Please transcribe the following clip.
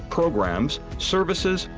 programs, services,